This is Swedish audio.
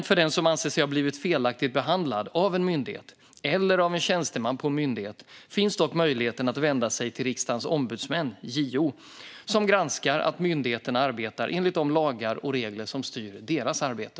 För den som anser sig ha blivit felaktigt behandlad av en myndighet, eller en tjänsteman på en myndighet, finns dock möjligheten att vända sig till Riksdagens ombudsmän, JO, som granskar att myndigheterna arbetar enligt de lagar och regler som styr deras arbete.